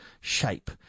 shape